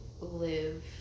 live